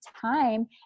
time